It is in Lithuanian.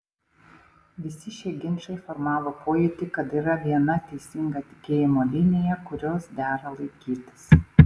visi šie ginčai formavo pojūtį kad yra viena teisinga tikėjimo linija kurios dera laikytis